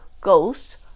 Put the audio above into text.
goals